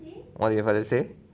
what did your father say